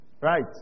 Right